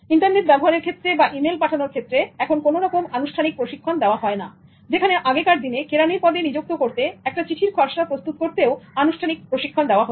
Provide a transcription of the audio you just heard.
internet ব্যবহারের ক্ষেত্রে বা ইমেইল পাঠানোর ক্ষেত্রে এখন কোনো রকম আনুষ্ঠানিক প্রশিক্ষণ দেওয়া হয় না যেখানে আগেকার দিনে কেরানির পদে নিযুক্ত করতে একটা চিঠির খসড়া প্রস্তুত করতেও আনুষ্ঠানিক প্রশিক্ষণ দেওয়া হত